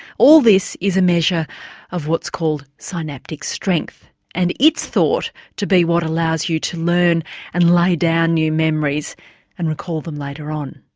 all this is a measure of what's called synaptic strength, and its thought to be what allows you to learn and lay down new memories and recall them later on.